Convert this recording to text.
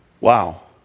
Wow